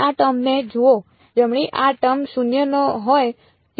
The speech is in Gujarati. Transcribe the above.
આ ટર્મ ને જુઓ જમણે આ ટર્મ શૂન્ય ન હોય ત્યાં